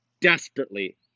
desperately